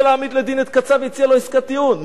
להעמיד לדין את קצב והציע לו עסקת טיעון?